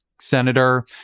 senator